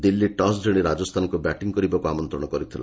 Delhi toss ଜିଣି ରାଜସ୍ଥାନକୁ batting କରିବାକୁ ଆମନ୍ତ୍ରଣ କରିଥିଲା